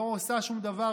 לא עושה שום דבר,